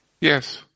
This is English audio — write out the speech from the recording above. Yes